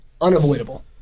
unavoidable